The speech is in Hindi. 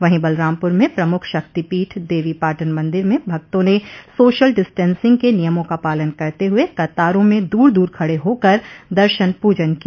वहीं बलरामपुर में प्रमुख शक्तिपीठ देवीपाटन मंदिर में भक्तों ने सोशल डिस्टेंसिंग के नियमों का पालन करते हुए कतारों में दूर दूर खड़े होकर दर्शन पूजन किया